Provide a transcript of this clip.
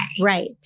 Right